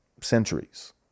centuries